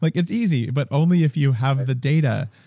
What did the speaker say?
like it's easy, but only if you have the data.